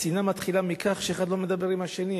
השנאה מתחילה מכך שאחד לא מדבר עם השני,